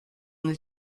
nel